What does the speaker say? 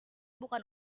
bukan